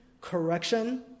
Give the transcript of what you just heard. correction